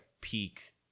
peak